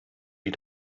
wie